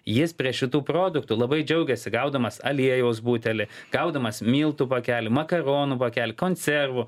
jis prie šitų produktų labai džiaugiasi gaudamas aliejaus butelį gaudamas miltų pakelį makaronų pakelių konservų